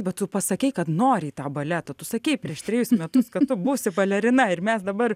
bet tu pasakei kad nori į tą baletą tu sakei prieš trejus metus kad tu būsi balerina ir mes dabar